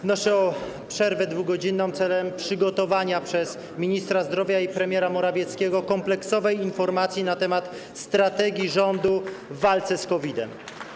Wnoszę o przerwę 2-godzinną w celu przygotowania przez ministra zdrowia i premiera Morawieckiego kompleksowej informacji na temat strategii rządu w walce z COVID-em.